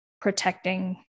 protecting